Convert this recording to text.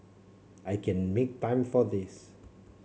I can make time for this